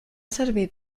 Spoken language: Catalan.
servir